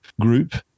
group